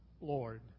Lord